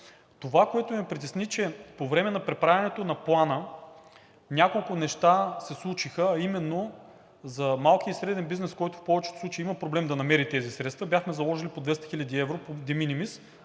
Това, което ме притесни, че по време на преправянето на Плана няколко неща се случиха за малкия и средния бизнес, които в повечето случаи имат проблем да намерят тези средства. Бяхме заложили по 200 хил. евро по De